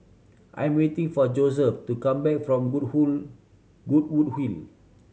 I'm waiting for Joseph to come back from Good who Goodwood Hill